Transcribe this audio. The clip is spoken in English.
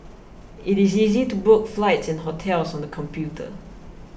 it is easy to book flights and hotels on the computer